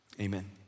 Amen